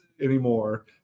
anymore